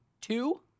Two